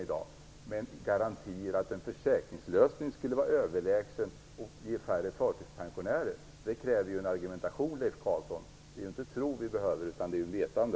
Men att påstå att det finns garantier för att en försäkringslösning skulle vara överlägsen och ge färre förtidspensionärer kräver argumentation, Leif Carlson. Det är inte tro vi behöver, utan det är vetande.